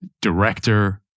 director